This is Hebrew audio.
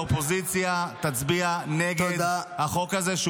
האופוזיציה תצביע נגד החוק הזה,